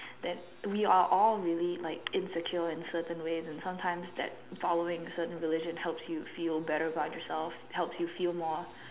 that we are all really like insecure in certain ways and sometimes that following certain religion help you feel better about yourself help you feel more